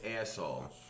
asshole